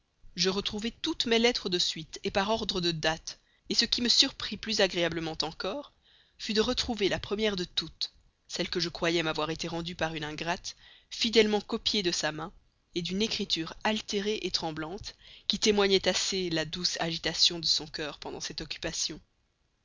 je retrouvai toutes mes lettres de suite par ordre de dates ce qui me surprit plus agréablement encore fut de trouver la première de toutes celle que je croyais m'avoir été rendue par une ingrate fidèlement copiée de sa main d'une écriture altérée tremblante qui témoignait assez la douce agitation de son cœur pendant cette occupation